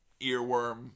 earworm